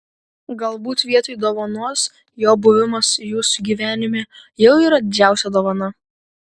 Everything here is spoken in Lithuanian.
galbūt vietoj dovanos jo buvimas jūsų gyvenime jau yra didžiausia dovana